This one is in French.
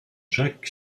jacques